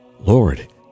Lord